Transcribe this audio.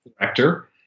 director